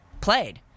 played